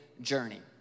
journey